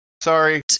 sorry